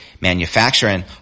manufacturing